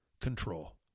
control